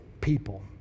people